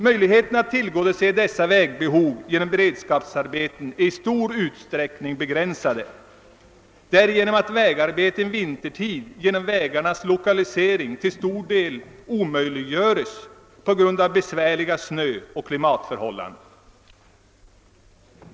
Möjligheterna att tillgodose dessa vägbehov genom beredskapsarbeten är i stor utsträckning begränsade, efter som vägarbeten vintertid genom vägarnas lokalisering till stor del omöjliggöres på grund av besvärliga snöoch klimatförhållanden.